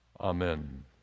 Amen